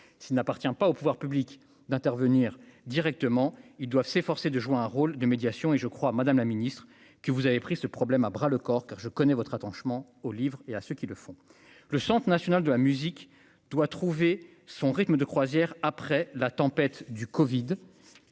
s'il n'appartient pas aux pouvoirs publics d'intervenir directement, ils doivent s'efforcer de jouer un rôle de médiation, et je crois, Madame la Ministre, que vous avez pris ce problème à bras le corps, que je connais votre attachement aux livres et à ceux qui le font, le Centre national de la musique doit trouver son rythme de croisière après la tempête du Covid